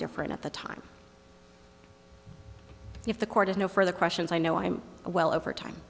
different at the time if the court had no further questions i know i'm well over time